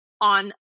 on